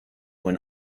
when